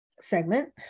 segment